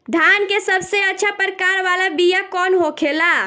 धान के सबसे अच्छा प्रकार वाला बीया कौन होखेला?